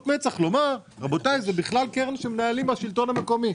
מצח שזאת בכלל קרן שמנהל השלטון המקומי.